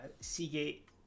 Seagate